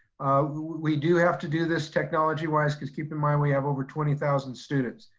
we do have to do this technology wise. cause keep in mind, we have over twenty thousand students.